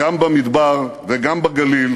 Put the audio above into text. גם במדבר וגם בגליל